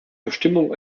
bestimmung